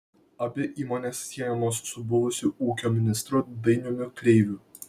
abi įmonės siejamos su buvusiu ūkio ministru dainiumi kreiviu